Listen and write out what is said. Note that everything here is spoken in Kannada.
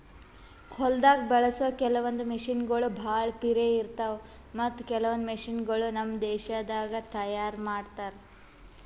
ಹೊಲ್ದಾಗ ಬಳಸೋ ಕೆಲವೊಂದ್ ಮಷಿನಗೋಳ್ ಭಾಳ್ ಪಿರೆ ಇರ್ತಾವ ಮತ್ತ್ ಕೆಲವೊಂದ್ ಮಷಿನಗೋಳ್ ನಮ್ ದೇಶದಾಗೆ ತಯಾರ್ ಮಾಡ್ತಾರಾ